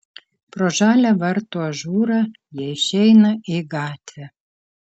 pro žalią vartų ažūrą jie išeina į gatvę